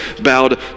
bowed